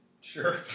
sure